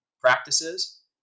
practices